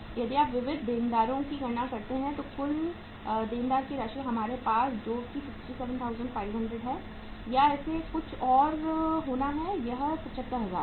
यदि आप विविध देनदार की गणना करते हैं तो कुल देनदार की राशि हमारे पास है जो कि 67500 है या इसे कुछ और होना है यह 75000 है